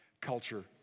culture